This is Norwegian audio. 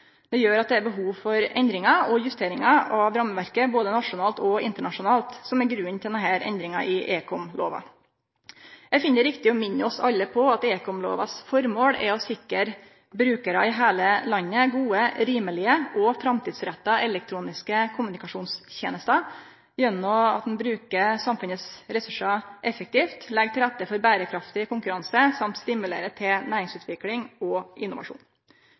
Det gjer at det er behov for endringar og justeringar av rammeverket både nasjonalt og internasjonalt, noko som er grunnen til denne endringa i ekomlova. Eg finn det riktig å minne oss alle om at formålet i ekomlova er å sikre brukarar i heile landet gode, rimelege og framtidsretta elektroniske kommunikasjonstenester ved å bruke samfunnet sine ressursar effektivt, leggje til rette for berekraftig konkurranse og stimulere til næringsutvikling og innovasjon.